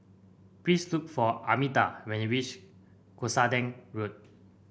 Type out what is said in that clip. please look for Armida when you reach Cuscaden Road